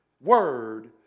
word